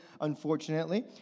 unfortunately